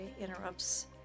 interrupts